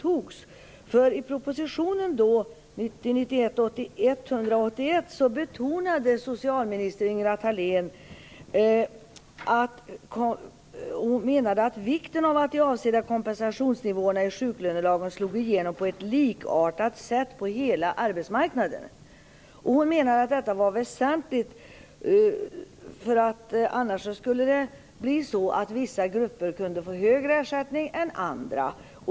I propositionen, 1990/91:181, betonade socialminister Ingela Thalén vikten av att de avsedda kompensationsnivåerna i sjuklönelagen slog igenom på ett likartat sätt på hela arbetsmarknaden. Hon menade att detta var väsentligt, för annars skulle vissa grupper kunna få högre ersättning än andra.